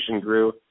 grew